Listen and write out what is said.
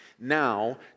now